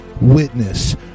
witness